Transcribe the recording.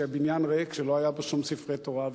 שהיה בניין ריק שלא היו בו שום ספרי תורה.